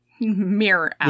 mirror